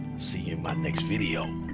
see you in my next video.